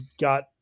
got